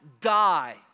die